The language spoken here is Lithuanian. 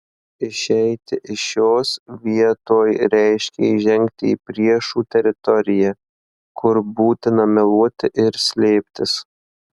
išeiti iš šios vietoj reiškė įžengti į priešų teritoriją kur būtina meluoti ir slėptis